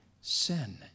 sin